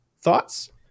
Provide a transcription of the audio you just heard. Thoughts